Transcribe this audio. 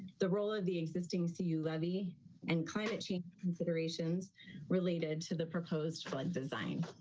the role of the existing see you levy and climate change considerations related to the proposed floods design.